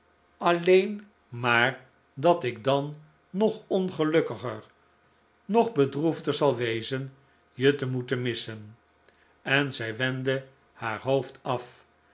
alleen maar dat ik dan nog ongelukkiger nog bedroefder zal wezen je te moeten missen en zij wendde haar hoofd af